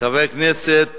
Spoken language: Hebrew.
חבר הכנסת